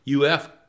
UF